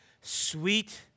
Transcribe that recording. sweet